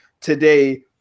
today